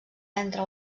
entra